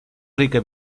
rica